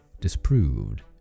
disproved